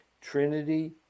Trinity